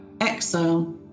Exile